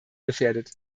gefährdet